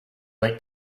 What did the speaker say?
like